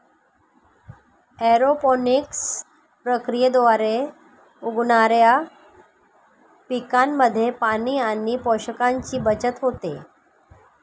aeroponics प्रक्रियेद्वारे उगवणाऱ्या पिकांमध्ये पाणी आणि पोषकांची बचत होते